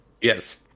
Yes